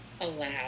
allowed